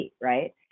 Right